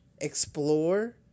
explore